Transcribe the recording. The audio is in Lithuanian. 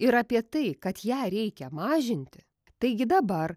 ir apie tai kad ją reikia mažinti taigi dabar